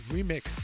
Remix